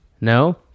no